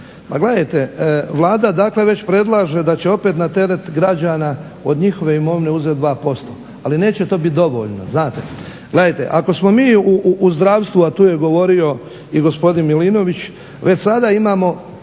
Pa gledajte, Vlada dakle već predlaže da će opet na teret građana od njihove imovine uzeti 2%. Ali neće to biti dovoljno, znate. Gledajte, ako smo mi u zdravstvu, a tu je govorio i gospodin Milinović, već sada imamo